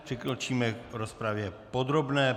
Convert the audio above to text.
Překročíme k rozpravě podrobné.